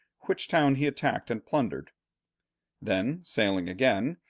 which town he attacked and plundered then, sailing again,